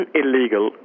illegal